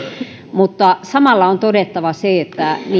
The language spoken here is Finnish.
mutta samalla on todettava se että niitä